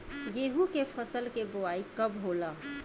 गेहूं के फसल के बोआई कब होला?